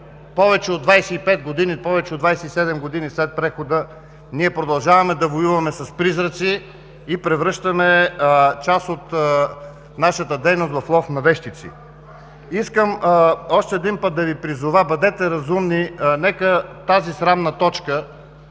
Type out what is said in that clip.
с впечатлението, че повече от 27 години след прехода ние продължаваме да воюваме с призраци и да превръщаме част от нашата дейност в лов на вещици. Искам още един път да Ви призова – бъдете разумни. Нека тази срамна точка